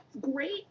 great